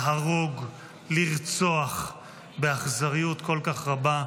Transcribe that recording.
להרוג, לרצוח באכזריות כל כך רבה.